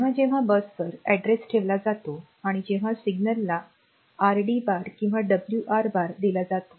जेव्हा जेव्हा बसवर अड्रेस ठेवला जातो आणि जेव्हा सिग्नलला आरडी बार किंवा डब्ल्यूआर बार दिला जातो